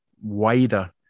wider